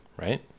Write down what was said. right